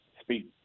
speak